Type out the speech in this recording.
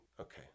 okay